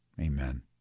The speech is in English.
Amen